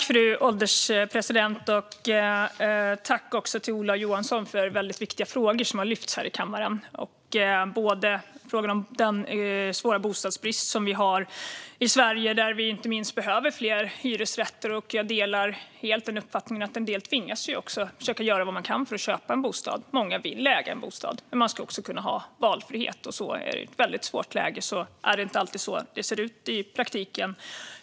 Fru ålderspresident! Jag tackar Ola Johansson för att han har lyft fram väldigt viktiga frågor här i kammaren, till exempel frågan om den svåra bostadsbrist som vi har i Sverige. Vi behöver inte minst fler hyresrätter. Jag delar helt uppfattningen att en del tvingas göra vad de kan för att köpa en bostad. Många vill äga en bostad. Men man ska också kunna ha valfrihet. Är det ett väldigt svårt läge är det inte alltid så det ser ut i praktiken.